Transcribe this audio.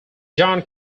john